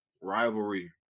rivalry